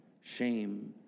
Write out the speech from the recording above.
shame